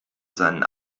seinen